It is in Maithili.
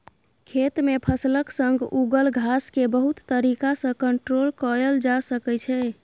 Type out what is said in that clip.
खेत मे फसलक संग उगल घास केँ बहुत तरीका सँ कंट्रोल कएल जा सकै छै